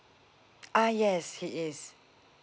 uh yes he is